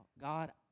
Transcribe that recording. God